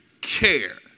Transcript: care